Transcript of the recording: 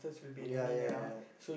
ya ya ya